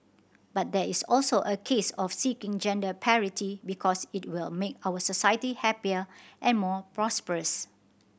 but there is also a case of seeking gender parity because it will make our society happier and more prosperous